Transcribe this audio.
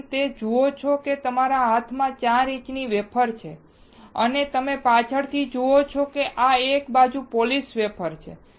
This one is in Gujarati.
તમે જે જુઓ છો તે મારા હાથમાં 4 ઇંચની વેફર છે અને તમે પાછળની બાજુ જોશો કે આ એક બાજુની પોલિશ્ડ વેફર છે